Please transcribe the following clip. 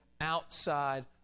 outside